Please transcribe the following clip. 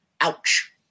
Ouch